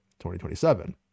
2027